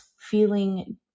feeling